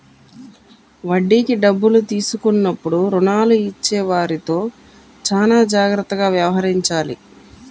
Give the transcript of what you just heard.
వడ్డీకి డబ్బులు తీసుకున్నప్పుడు రుణాలు ఇచ్చేవారితో చానా జాగ్రత్తగా వ్యవహరించాలి